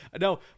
No